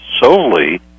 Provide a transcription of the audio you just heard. solely